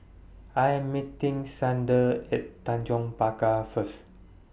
I Am meeting Xander At Tanjong Pagar First